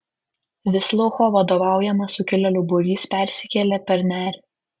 visloucho vadovaujamas sukilėlių būrys persikėlė per nerį